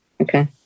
Okay